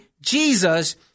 Jesus